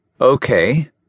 Okay